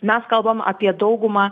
mes kalbam apie daugumą